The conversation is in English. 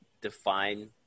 define